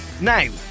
Now